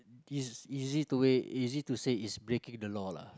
is easy to way easy to say is breaking the law lah